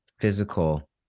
physical